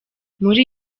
muri